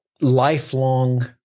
lifelong